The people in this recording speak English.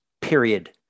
period